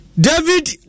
David